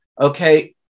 Okay